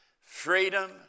freedom